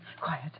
Quiet